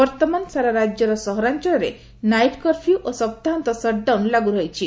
ବର୍ଉମାନ ସାରା ରାଜ୍ୟର ସହରାଞ୍ଚଳରେ ନାଇଟ୍ କର୍ପୁ୍ୟ ଓ ସପ୍ତାହାନ୍ତ ସଟ୍ଡାଉନ୍ ଲାଗୁ ରହିଛି